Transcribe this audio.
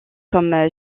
comme